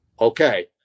Okay